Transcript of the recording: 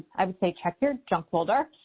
i would say, check your junk folder.